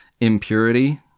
Impurity